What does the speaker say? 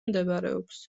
მდებარეობს